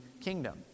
kingdom